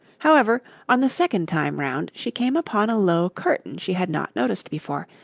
however, on the second time round, she came upon a low curtain she had not noticed before,